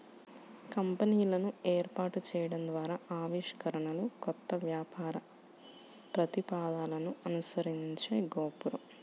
కంపెనీలను ఏర్పాటు చేయడం ద్వారా ఆవిష్కరణలు, కొత్త వ్యాపార ప్రతిపాదనలను అనుసరించే గోపురం